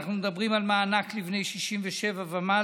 אנחנו מדברים על מענק לבני 67 ומעלה,